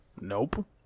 Nope